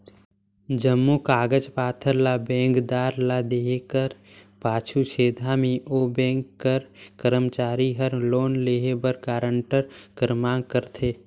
जम्मो कागज पाथर ल बेंकदार ल देहे कर पाछू छेदहा में ओ बेंक कर करमचारी हर लोन लेहे बर गारंटर कर मांग करथे